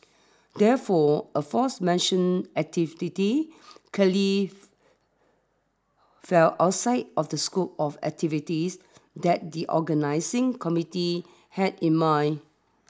therefore aforementioned activities curly fell outside of the scope of activities that the organising committee had in mind